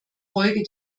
folge